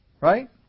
Right